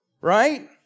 right